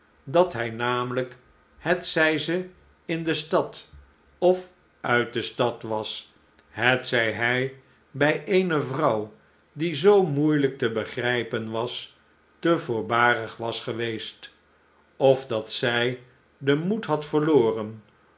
dat hij nameltjk hetzij ze in de stad of uit de stad was hetzij hij bij eene vrouw die zoo moeielijk te begrijpen was te voorbarig was geweest of dat zij den moed had verloren